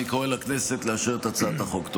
אני קורא לכנסת לאשר את הצעת החוק.